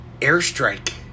Airstrike